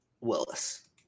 Willis